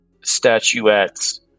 statuettes